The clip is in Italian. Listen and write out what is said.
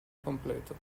completo